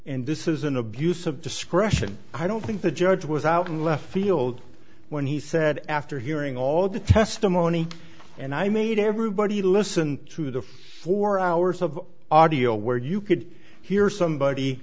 and this is an abuse of discretion i don't think the judge was out in left field when he said after hearing all the testimony and i made everybody listen to the four hours of audio where you could hear somebody